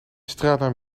straatnaam